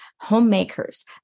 homemakers